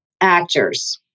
actors